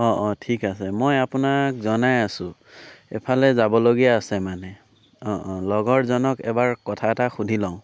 অঁ অঁ ঠিক আছে মই আপোনাক জনাই আছোঁ এফালে যাবলগীয়া আছে মানে অঁ অঁ লগৰজনক এবাৰ কথা এটা সুধি লওঁ